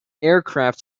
aircraft